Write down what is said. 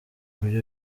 ibyo